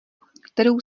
kterou